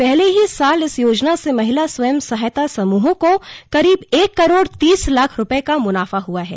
पहले ही साल इस योजना से महिला स्वयं सहायता समूहों को करीब एक करोड़ तीस लाख रुपये का मुनाफा हुआ है